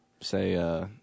say